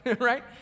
Right